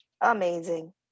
amazing